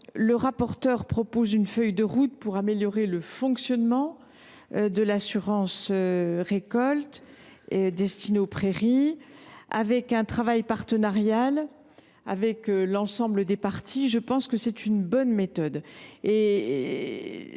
le rapporteur propose une feuille de route pour perfectionner le fonctionnement de l’assurance récolte destinée aux prairies, sur la base d’un travail partenarial avec l’ensemble des parties. Je pense que c’est une bonne méthode.